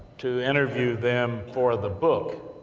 to interview them for the book,